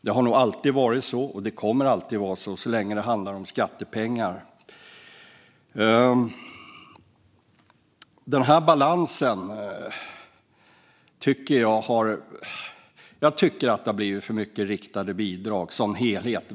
Det har nog alltid varit så, och så kommer det alltid att vara så länge det handlar om skattepengar. När det gäller den här balansen tycker jag att det har blivit för mycket riktade bidrag som helhet.